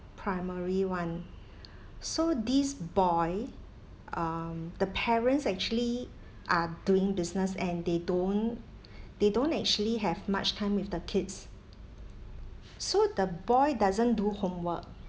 primary one so this boy um the parents actually are doing business and they don't they don't actually have much time with the kids so the boy doesn't do homework